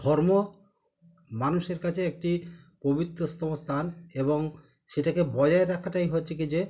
ধর্ম মানুষের কাছে একটি পবিত্রতম স্থান এবং সেটাকে বজায় রাখাটাই হচ্ছে কি যে